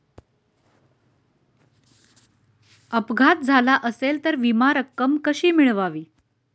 अपघात झाला असेल तर विमा रक्कम कशी मिळवावी?